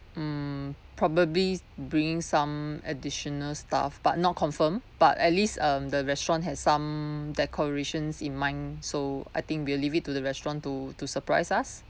mm probably bring some additional stuff but not confirm but at least um the restaurant has some decorations in mind so I think we'll leave it to the restaurant to to surprise us